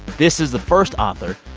this is the first author,